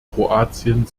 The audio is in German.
kroatien